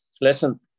listen